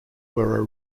were